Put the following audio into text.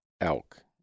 elk